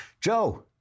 Joe